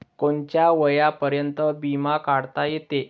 कोनच्या वयापर्यंत बिमा काढता येते?